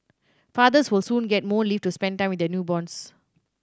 fathers will soon get more leave to spend time with their newborns